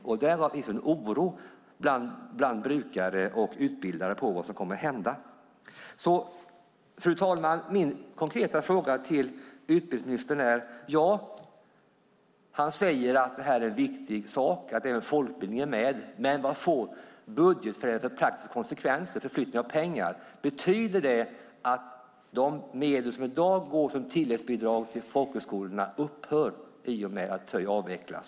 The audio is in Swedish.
Där finns en oro bland brukare och utbildare för vad som kommer att hända. Fru talman! Jag har en konkret fråga till utbildningsministern. Han säger att detta är en viktig sak och att det är folkbildning, men vad får budgetmedlens förflyttning för praktiska konsekvenser? Betyder det att de medel som i dag går som tilläggsbidrag till folkhögskolorna upphör i och med att TÖI avvecklas?